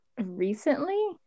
recently